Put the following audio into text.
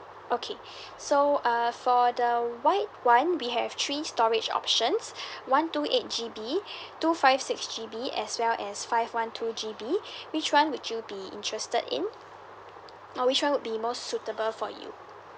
okay so uh for the white [one] we have three storage options one two eight G_B two five six G_B as well as five one two G_B which one would you be interested in or which one would be more suitable for you